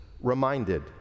reminded